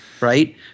Right